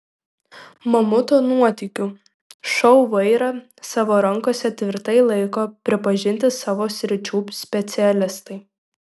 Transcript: mamuto nuotykių šou vairą savo rankose tvirtai laiko pripažinti savo sričių specialistai